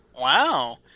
Wow